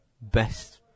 best